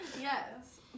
Yes